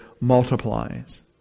multiplies